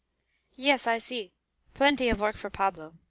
yes, i see plenty of work for pablo.